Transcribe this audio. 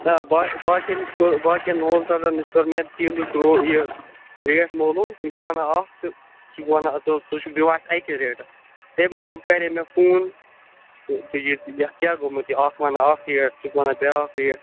نَہ باقِیَن نِش کٔر باقِیَن ہول سیلٕرَن کٔر مےٚ تیٖلٕچ نٔو یہِ ریٹ معلوٗم تِم چھِ وَنان اَکھ تہٕ ژٕ چھُکھ وَنان ژٕ چھُکھ دِوان اسہِ اَکہِ ریٹہٕ تَمہِ موجوٗب کَرے مےٚ فون تہٕ یہِ تہٕ یَتھ کیٛاہ گوٚمُت یہِ اَکھ وَنان اَکھ ریٹ ژٕ چھُکھ وَنان بیٛاکھ ریٹ